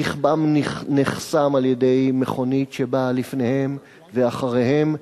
רכבם נחסם על-ידי מכונית שבאה לפניהם ואחריהם,